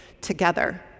together